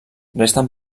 resten